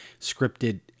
scripted